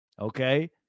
Okay